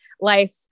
life